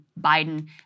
Biden